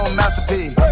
masterpiece